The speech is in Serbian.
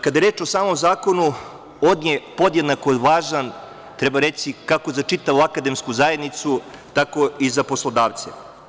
Kada je reč o samom zakonu, on je podjednako važan, treba reći, kako za čitavu akademsku zajednicu tako i za poslodavce.